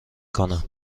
کنم